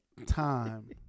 Time